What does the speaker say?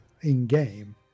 in-game